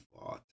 fought